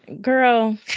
Girl